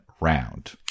round